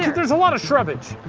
yeah there's a lot of shrubbage!